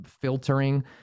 filtering